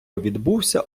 відбувся